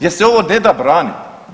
Jer se ovo ne da braniti.